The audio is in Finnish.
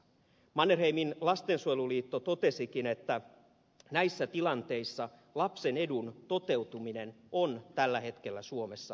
mannerheimin lastensuojeluliitto totesikin että näissä tilanteissa lapsen edun toteutuminen on tällä hetkellä suomessa uhattuna